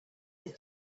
his